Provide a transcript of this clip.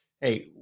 Hey